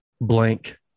blank